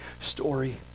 story